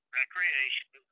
recreation